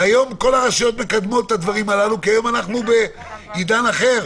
היום כל הרשויות מקדמות את הדברים הללו כי היום אנחנו בעידן אחר